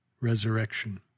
resurrection